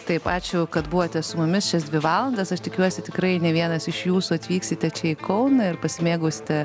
taip ačiū kad buvote su mumis šias dvi valandas aš tikiuosi tikrai ne vienas iš jūsų atvyksite čia į kauną ir pasimėgausite